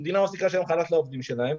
המדינה מפסיקה לשלם חל"ת לעובדים שלהם,